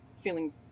feeling